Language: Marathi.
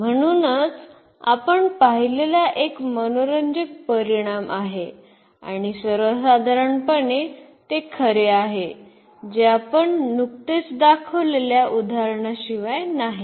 म्हणूनच आपण पाहिलेला एक मनोरंजक परिणाम आहे आणि सर्वसाधारणपणे ते खरे आहे जे आपण नुकतेच दाखवलेल्या उदाहरणाशिवाय नाही